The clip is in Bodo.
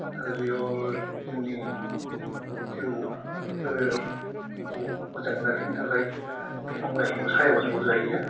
आरो बेयाव जोंनि जिउ आरो मोजां लाखिनो थाखाय दंफां लाइफां सायाव हरनांगौ जायो